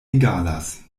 egalas